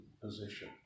position